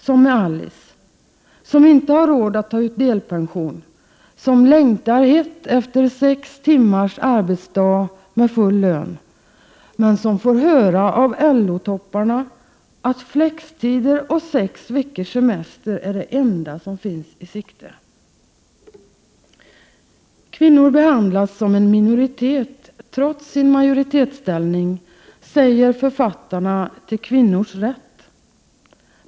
Jag tänker på Alice, som inte har råd att ta ut delpension, som längtar hett efter sex timmars arbetsdag med full lön men som får höra av LO-topparna att flextider och sex veckors semester är det enda som finns i sikte. ”Kvinnor behandlas som en minoritet trots sin majoritetsställning”, säger författarna till Kvinnors rätt.